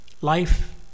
Life